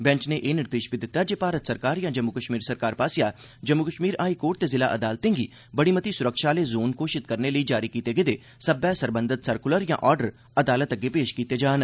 bench नै एह् निर्देश बी दित्ता ऐ जे भारत सरकार यां जम्मू कश्मीर सरकार आसेआ जम्मू कश्मीर हाईकोर्ट ते जिला अदालतें गी बड़ी मती सुरक्षा आह्ले जोन घोषित करने लेई जारी कीते गेदे सब्बै सरबंधत सरकुलर यां आर्डर अदालत अग्गे पेश कीते जान